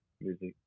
music